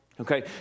Okay